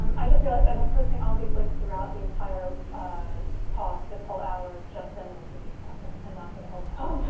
um i just realized i've been posting all these links throughout the entire ah talk this whole hour just sending them to you. catherine and not to the whole time.